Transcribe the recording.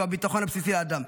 שהוא הביטחון הבסיסי לאדם.